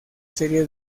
serie